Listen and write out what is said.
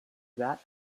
that